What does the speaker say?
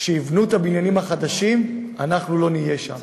שכשיבנו את הבניינים החדשים אנחנו לא נהיה שם.